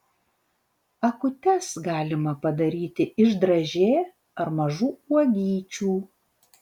akutes galima padaryti iš dražė ar mažų uogyčių